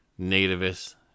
nativists